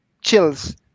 chills